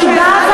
תשני את החוק,